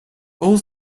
all